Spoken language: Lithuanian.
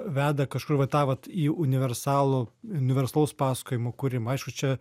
veda kažkur va tą vat į universalų universalaus pasakojimo kūrimą aišku čia